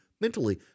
Mentally